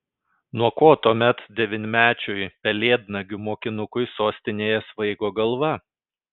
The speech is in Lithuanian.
nuo ko tuomet devynmečiui pelėdnagių mokinukui sostinėje svaigo galva